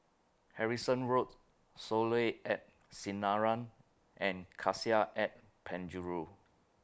Harrison Road Soleil At Sinaran and Cassia At Penjuru